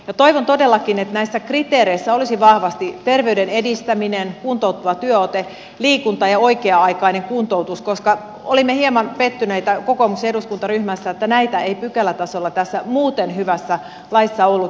toivon todellakin että näissä kriteereissä olisi vahvasti mukana terveyden edistäminen kuntouttava työote liikunta ja oikea aikainen kuntoutus koska olimme kokoomuksen eduskuntaryhmässä hieman pettyneitä että näitä ei pykälätasolla tässä muuten hyvässä laissa ollut